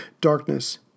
Darkness